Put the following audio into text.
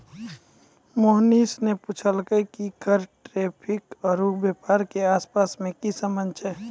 मोहनीश ने पूछलकै कि कर टैरिफ आरू व्यापार के आपस मे की संबंध छै